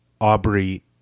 Aubrey